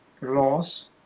laws